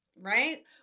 right